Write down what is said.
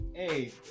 Hey